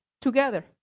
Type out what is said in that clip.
Together